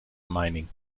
mining